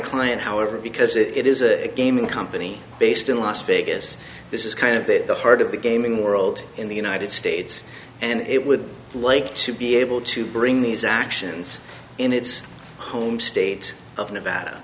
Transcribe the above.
client however because it is a gaming company based in las vegas this is kind of the heart of the gaming world in the united states and it would like to be able to bring these actions in its home state of nevada